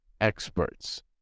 experts